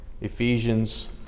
Ephesians